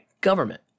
government